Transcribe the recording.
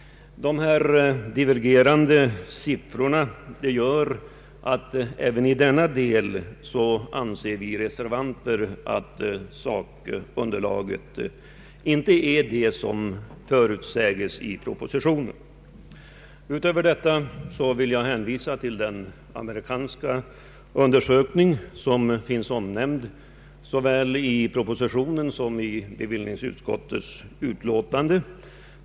Dessa divergerande siffror gör att vi reservanter även i denna del anser att sakunderlaget inte är det som förutsägs i propositionen. Utöver detta vill jag hänvisa till den amerikanska undersökning som finns omnämnd såväl i propositionen som i bevillningsutskottets betänkande.